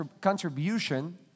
contribution